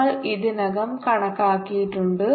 നമ്മൾ ഇതിനകം കണക്കാക്കിയിട്ടുണ്ട്